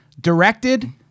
directed